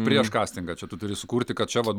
prieš kastingą čia tu turi sukurti kad čia vat